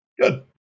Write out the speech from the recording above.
good